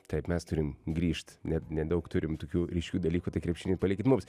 taip mes turim grįžt net nedaug turim tokių ryškių dalykų tai krepšinį palikit mums